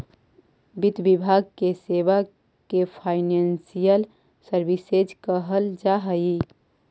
वित्त विभाग के सेवा के फाइनेंशियल सर्विसेज कहल जा हई